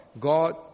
God